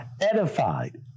edified